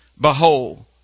Behold